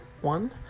One